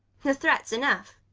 the threat's enough!